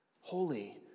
Holy